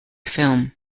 film